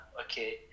okay